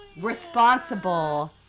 responsible